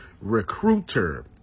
recruiter